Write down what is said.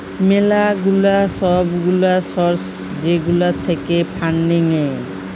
ম্যালা গুলা সব গুলা সর্স যেগুলা থাক্যে ফান্ডিং এ